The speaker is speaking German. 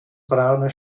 braune